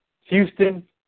Houston